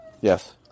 Yes